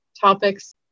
topics